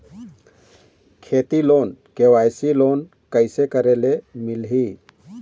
खेती loan KYC loan कइसे करे ले मिलही?